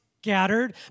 scattered